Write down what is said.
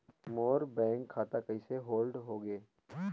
मोर bank खाता कइसे hold होगे?